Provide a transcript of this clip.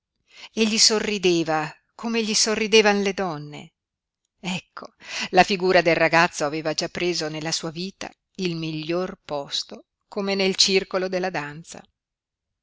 e gli sorrideva come gli sorridevan le donne ecco la figura del ragazzo aveva già preso nella sua vita il miglior posto come nel circolo della danza